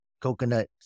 coconut